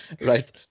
Right